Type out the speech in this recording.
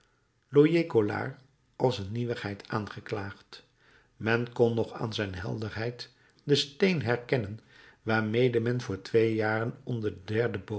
royer collard als een nieuwigheid aangeklaagd men kon nog aan zijn helderheid den steen herkennen waarmede men vr twee jaren onder den derden